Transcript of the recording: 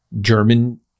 German